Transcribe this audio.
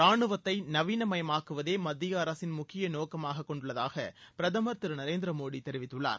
ரானுவத்தை நவீனமயமாக்குவதை மத்திய அரசு முக்கிய நோக்கமாக கொண்டுள்ளதாக பிரதமர் திரு நரேந்திர மோடி தெரிவித்துள்ளார்